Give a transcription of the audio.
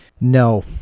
No